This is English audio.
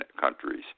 countries